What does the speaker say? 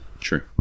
true